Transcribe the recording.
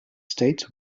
states